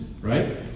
right